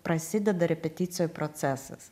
prasideda repeticijų procesas